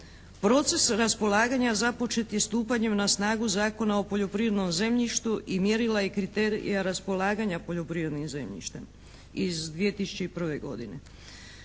Proces raspolaganja započet je stupanjem na snagu Zakona o poljoprivrednom zemljištu i mjerila i kriterije raspolaganja poljoprivrednim zemljištem iz 2001. godine.